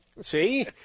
see